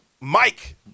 Mike